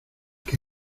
que